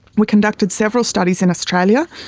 we conducted several studies in australia,